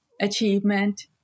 achievement